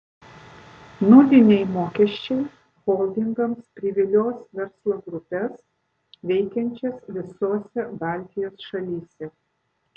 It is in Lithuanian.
nuliniai mokesčiai holdingams privilios verslo grupes veikiančias visose baltijos šalyse